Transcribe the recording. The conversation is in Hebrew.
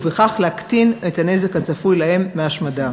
ובכך להקטין את הנזק הצפוי להם מהשמדה.